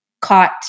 caught